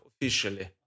officially